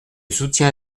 soutiens